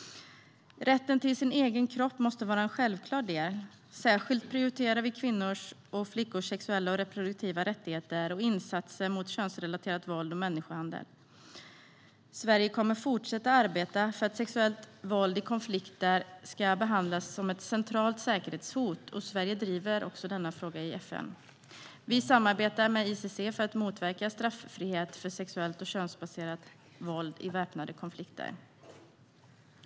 Rätten till den egna kroppen måste vara en självklar del. Vi prioriterar särskilt kvinnors och flickors sexuella och reproduktiva rättigheter och insatser mot könsrelaterat våld och människohandel. Sverige kommer att fortsätta arbeta för att sexuellt våld i konflikter ska behandlas som ett centralt säkerhetshot. Sverige driver också denna fråga i FN. Vi samarbetar med ICC för att motverka straffrihet för sexuellt och könsbaserat våld i väpnade konflikter.